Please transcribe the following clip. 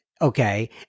Okay